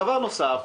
דבר נוסף,